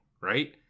right